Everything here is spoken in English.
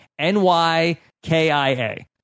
NYKIA